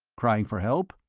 crying for help?